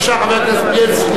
בבקשה, חבר הכנסת בילסקי.